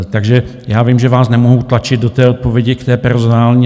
Takže já vím, že vás nemohu tlačit do té odpovědi, k té personální.